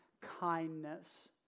kindness